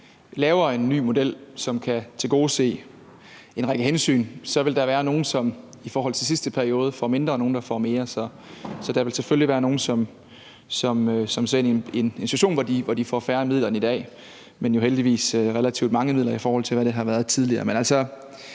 laver en ny model, som kan tilgodese en række hensyn, vil der være nogle, som i forhold til sidste periode får mindre, og nogle, der får mere. Så der vil selvfølgelig være nogle, som sidder i en organisation, hvor de får færre midler end i dag, men jo heldigvis relativt mange midler, i forhold til hvad det har været tidligere.